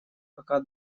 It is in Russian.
пока